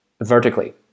vertically